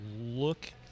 look